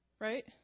right